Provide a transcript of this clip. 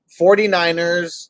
49ers